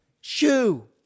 Shoo